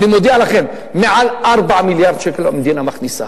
אני מודיע לכם: מעל 4 מיליארד שקל המדינה מכניסה.